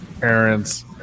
parents